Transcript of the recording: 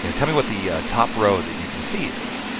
you know tell me what the top row that you can see is.